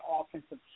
offensive